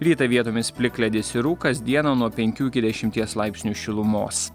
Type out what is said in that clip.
rytą vietomis plikledis ir rūkas dieną nuo penkių iki dešimties laipsnių šilumos